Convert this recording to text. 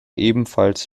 ebenfalls